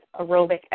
aerobic